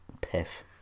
Piff